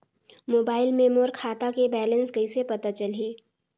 Mobile मे मोर खाता के बैलेंस कइसे पता चलही?